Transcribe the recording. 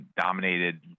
dominated